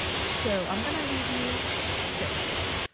so i'm going to leave you this,